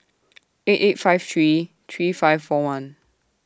eight eight five three three five four one